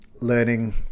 learning